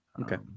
Okay